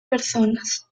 personas